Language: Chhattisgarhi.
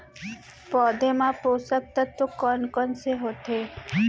पौधे मा पोसक तत्व कोन कोन से होथे?